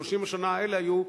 ו-30 השנה האלה היו,